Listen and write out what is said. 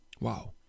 Wow